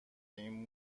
این